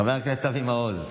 חבר הכנסת אבי מעוז,